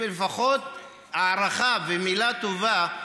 לפחות הערכה ומילה טובה.